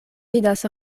vidas